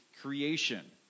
creation